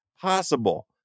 possible